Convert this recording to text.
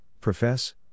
profess